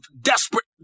desperate